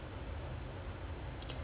something like that